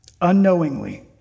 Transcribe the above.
Unknowingly